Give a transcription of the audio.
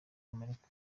amerika